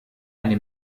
eine